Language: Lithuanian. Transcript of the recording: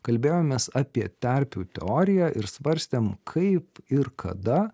kalbėjomės apie terpių teoriją ir svarstėm kaip ir kada